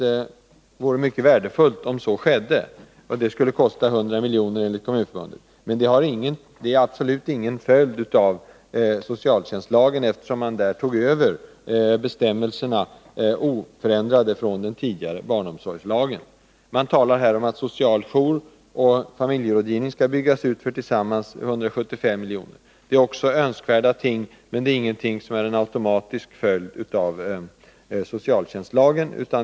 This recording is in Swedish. Det vore mycket värdefullt om så skedde. Det skulle kosta 100 milj.kr. mer per år, enligt Kommunförbundet. Men detta är ingen följd av socialtjänstlagen, eftersom man tog över bestämmelserna oförändrade från den tidigare barnomsorgslagen. Man talar om att social jour och familjerådgivning skall byggas ut för tillsammans 175 milj.kr. per år. Det är också önskvärda ting, men det är ingenting som är en automatisk följd av socialtjänstlagen.